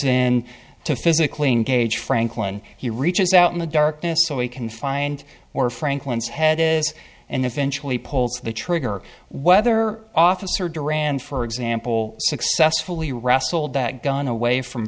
in to physically engage frank when he reaches out in the darkness so he can find more franklin's head and eventually pulls the trigger whether officer duran for example successfully wrestled that gun away from